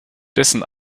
dessen